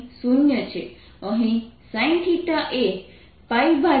અહીં sin એ 2 પર મહત્તમ છે